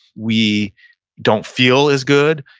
we don't feel as good.